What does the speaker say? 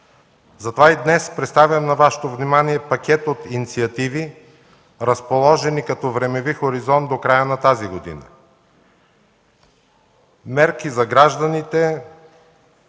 Затова днес представям на Вашето внимание пакет от инициативи, разположени като времеви хоризонт до края на тази година. Мерки за гражданите.